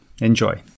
Enjoy